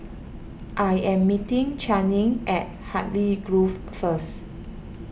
I am meeting Channing at Hartley Grove first